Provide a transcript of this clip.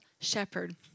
shepherd